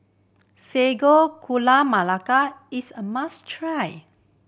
Sago Gula Melaka is a must try